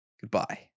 goodbye